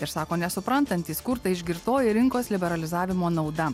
ir sako nesuprantantys kur ta išgirtoji rinkos liberalizavimo nauda